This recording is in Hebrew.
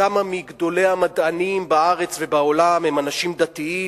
כמה מגדולי המדענים בארץ ובעולם הם אנשים דתיים,